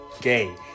gay